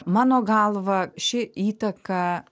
mano galva ši įtaka